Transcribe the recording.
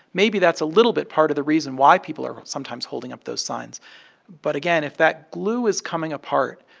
maybe that's a little bit part of the reason why people are sometimes holding up those signs but, again, if that glue is coming apart,